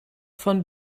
von